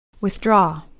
Withdraw